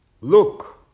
look